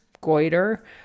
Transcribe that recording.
goiter